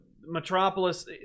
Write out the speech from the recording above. Metropolis